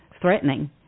threatening